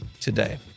today